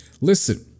listen